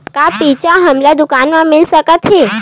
का बीज हमला दुकान म मिल सकत हे?